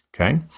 okay